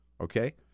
Okay